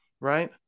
right